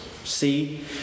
see